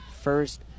first